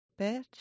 bitch